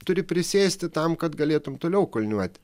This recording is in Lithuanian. turi prisėsti tam kad galėtum toliau kulniuot